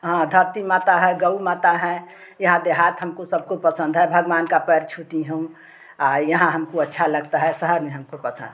हाँ धरती माता है गऊ माता हैं यहाँ देहात हमको सबको पसंद है भगवान का पैर छूती हूँ यहाँ हमको अच्छा लगता है शहर में हमको पसंद